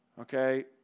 Okay